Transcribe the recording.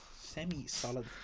Semi-solid